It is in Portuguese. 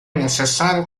necessário